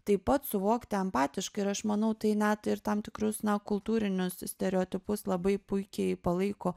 taip pat suvokti empatiškai ir aš manau tai net ir tam tikrus na kultūrinius stereotipus labai puikiai palaiko